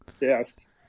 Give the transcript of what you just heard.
Yes